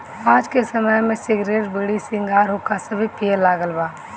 आज के समय में सिगरेट, बीड़ी, सिगार, हुक्का सभे पिए लागल बा